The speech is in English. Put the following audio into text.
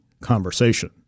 conversation